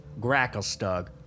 Gracklestug